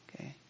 okay